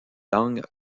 langues